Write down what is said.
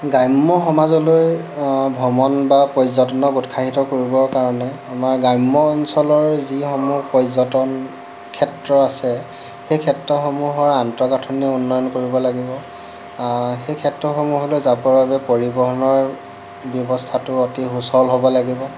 গ্ৰাম্য সমাজলৈ ভ্ৰমণ বা পৰ্যটনক উৎসাহিত কৰিবৰ কাৰণে আমাৰ গ্ৰাম্য অঞ্চলৰ যিসকল পৰ্যটন ক্ষেত্ৰ আছে সেই ক্ষেত্ৰসমূহৰ আন্তগাঁথনিৰ উন্নয়ন কৰিব লাগিব সেই ক্ষেত্ৰসমূহলৈ যাবৰ বাবে পৰিৱহণৰ ব্যৱস্থাটো অতি সুচল হ'ব লাগিব